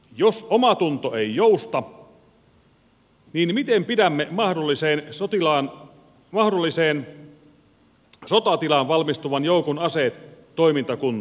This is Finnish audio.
jos omatunto ei jousta niin miten pidämme mahdolliseen sotatilaan valmistuvan joukon aseet toimintakuntoisina